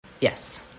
Yes